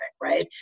right